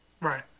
Right